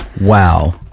wow